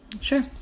Sure